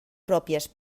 pròpies